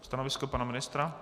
Stanovisko pana ministra?